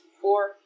Four